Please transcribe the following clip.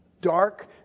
dark